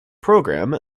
program